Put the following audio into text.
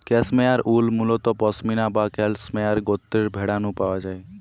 cashmere wool মুলত পসমিনা বা cashmere গোত্রর ভেড়া নু পাওয়া যায়